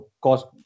cost